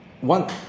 One